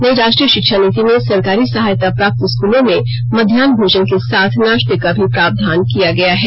नई राष्ट्रीय शिक्षा नीति में सरकारी सहायता प्राप्त स्कलों में मध्याहन भोजन के साथ नाश्ते का भी प्रावधान किया गया है